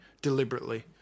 deliberately